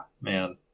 man